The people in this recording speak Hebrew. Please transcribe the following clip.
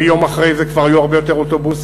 יום אחרי זה כבר היו הרבה יותר אוטובוסים.